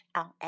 on